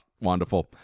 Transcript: wonderful